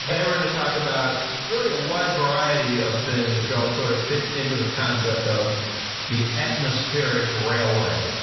today we're gonna talk about really a wide variety of things which all sort of fit into the concept of the atmospheric railway.